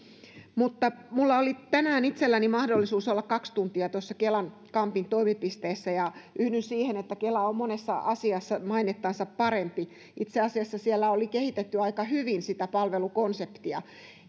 minulla oli tänään itselläni mahdollisuus olla kaksi tuntia tuossa kelan kampin toimipisteessä ja yhdyn siihen että kela on monessa asiassa mainettansa parempi itse asiassa siellä oli kehitetty aika hyvin sitä palvelukonseptia